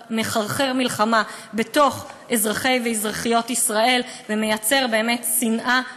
מחרחר מלחמה בתוך אזרחי ואזרחיות ישראל ומייצר באמת שנאה ועוול.